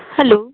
hello